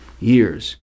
years